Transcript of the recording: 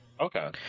okay